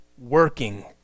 working